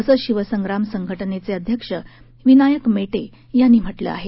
असं शिवसंग्राम संघटनेचे अध्यक्ष विनायक मेटे यांनी म्हटलं आहे